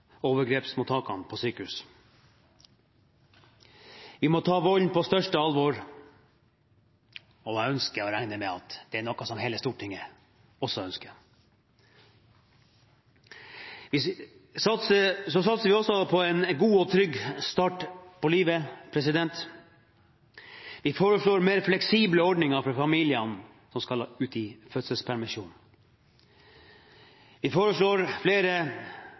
overgrepsmottakene på sykehus. Vi må ta volden på største alvor, og det regner jeg med at er noe som hele Stortinget også ønsker. Vi satser også på en god og trygg start på livet. Vi foreslår mer fleksible ordninger for familier som skal ut i fødselspermisjon. Vi foreslår flere